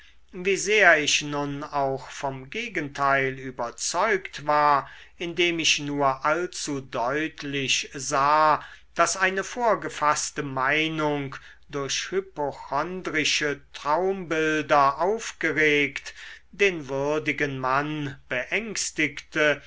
wie sehr ich nun auch vom gegenteil überzeugt war indem ich nur allzu deutlich sah daß eine vorgefaßte meinung durch hypochondrische traumbilder aufgeregt den würdigen mann beängstigte